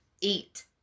eat